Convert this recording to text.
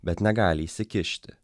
bet negali įsikišti